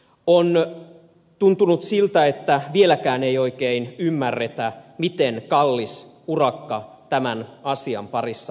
on tuntunut siltä että vieläkään ei oikein ymmärretä miten kallis urakka tämän asian parissa on edessä